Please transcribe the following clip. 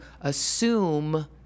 assume